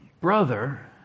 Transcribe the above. brother